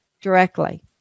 directly